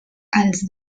els